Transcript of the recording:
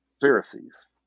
Pharisees